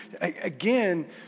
again